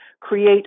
create